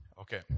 Okay